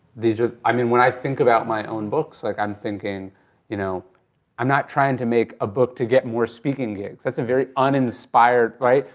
i mean when i think about my own books, like i'm thinking you know i'm not trying to make a book to get more speaking gigs, that's very uninspired, right?